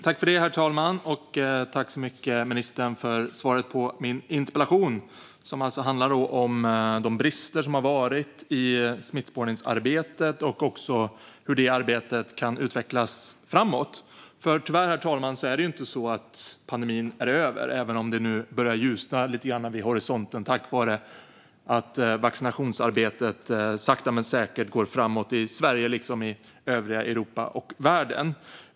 Herr talman! Tack så mycket, ministern, för svaret på min interpellation som handlar om de brister som har varit i smittspårningsarbetet och också hur det arbetet kan utvecklas framåt. Herr talman! Tyvärr är det inte så att pandemin är över, även om det nu börjar ljusna lite grann vid horisonten tack vare att vaccinationsarbetet sakta men säkert går framåt i Sverige liksom i övriga Europa och världen.